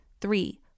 Three